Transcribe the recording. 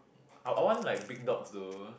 I I want like big dogs though